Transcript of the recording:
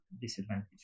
disadvantage